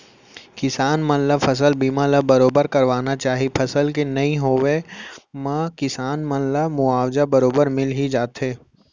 किसान मन ल फसल बीमा ल बरोबर करवाना चाही फसल के नइ होवब म किसान मन ला मुवाजा बरोबर मिल ही जाथे